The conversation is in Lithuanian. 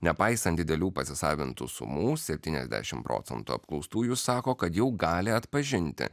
nepaisant didelių pasisavintų sumų septyniasdešim procentų apklaustųjų sako kad jau gali atpažinti